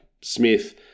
Smith